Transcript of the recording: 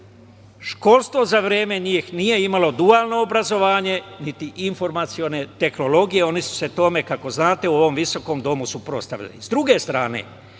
Školstvo za vreme njih nije imalo dualno obrazovanje, niti informacione tehnologije. Oni su se tome, kako znate, u ovom visokom domu suprotstavili. Sa